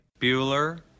Bueller